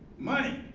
money.